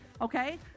okay